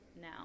now